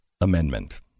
Amendment